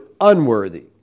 unworthy